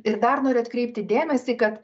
ir dar noriu atkreipti dėmesį kad